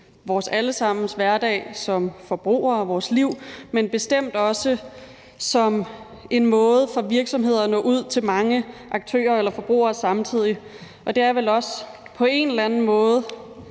vores alle sammens liv og hverdag som forbrugere, men er bestemt også en måde for virksomhederne at nå ud til mange aktører eller forbrugere samtidig på, og det er vel også på en eller anden måde